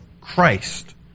Christ